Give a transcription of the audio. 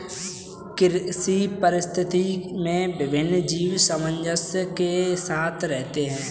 कृषि पारिस्थितिकी में विभिन्न जीव सामंजस्य के साथ रहते हैं